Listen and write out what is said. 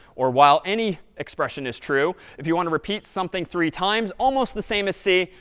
or while any expression is true. if you want to repeat something three times, almost the same as c,